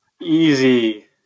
Easy